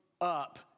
up